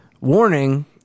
warning